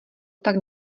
tak